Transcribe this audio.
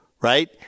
Right